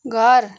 घर